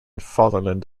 fatherland